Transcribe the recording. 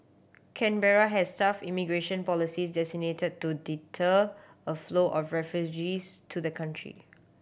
Canberra has tough immigration policies to deter a flow of refugees to the country